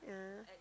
yeah